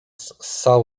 ssał